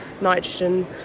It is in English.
nitrogen